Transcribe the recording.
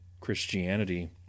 Christianity